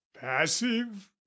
passive